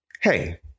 Hey